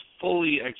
fully